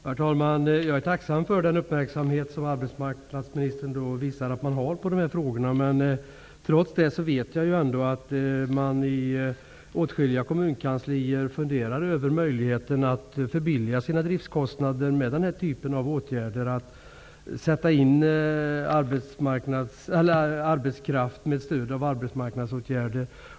Herr talman! Jag är tacksam för den uppmärksamhet som arbetsmarknadsministern visar dessa frågor. Trots det vet jag att man i åtskilliga kommunkanslier funderar över möjligheten att förbilliga sina driftskostnader genom att sätta in arbetskraft med stöd av arbetsmarknadsåtgärder.